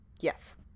Yes